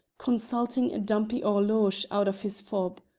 consulting a dumpy horologe out of his fob.